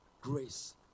grace